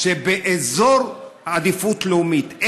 שבאזור עדיפות לאומית,